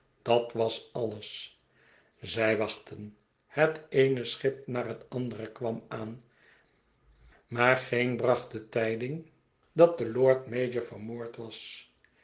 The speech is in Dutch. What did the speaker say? dat was alles zij wachtten het eene schip na het andere kwam aan maar geen bracht de tijding dat de lord-mayor vermoord was